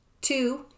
Two